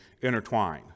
intertwine